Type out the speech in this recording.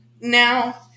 Now